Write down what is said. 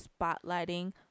spotlighting